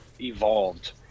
Evolved